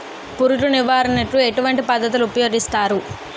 పురుగు నివారణ కు ఎటువంటి పద్ధతులు ఊపయోగిస్తారు?